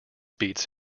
beats